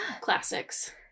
classics